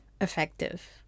effective